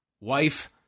wife